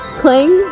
playing